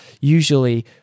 usually